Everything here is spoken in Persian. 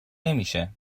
نمیشه